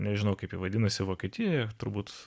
nežino kaip vadinasi vokietijoje turbūt